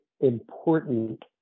important